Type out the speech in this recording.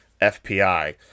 FPI